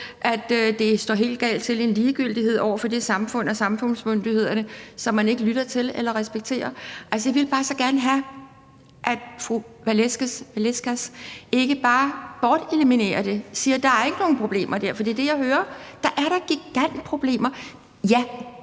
at det står helt galt til. Der er en ligegyldighed over for samfundet og samfundsmyndighederne, som man ikke lytter til eller respekterer. Altså, jeg ville bare så gerne have, at fru Victoria Velasquez ikke bare borteliminerer det og siger, at der ikke er nogen problemer der. For det er det, jeg hører. Der er da gigantproblemer. Ja,